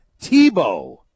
tebow